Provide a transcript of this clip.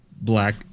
black